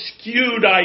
skewed